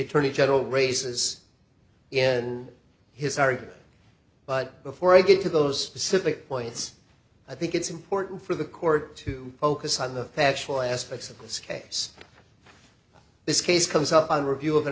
attorney general raises in his argument but before i get to those pacific points i think it's important for the court to focus on the paschal aspects of this case this case comes up on review